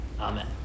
Amen